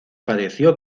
padeció